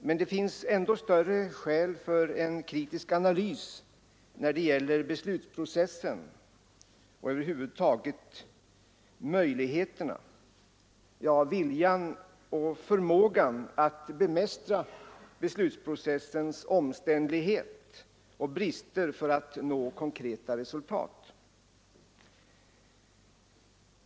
Men det finns ändå större skäl för en kritisk analys av beslutsprocessen och över huvud taget möjligheterna, ja, viljan och förmågan att bemästra beslutsprocessens omständlighet och brister för att nå konkreta resultat.